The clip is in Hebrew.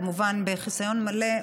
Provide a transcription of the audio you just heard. כמובן בחיסיון מלא,